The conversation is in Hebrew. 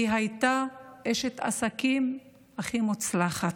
היא הייתה אשת עסקים הכי מוצלחת.